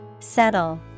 Settle